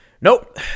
nope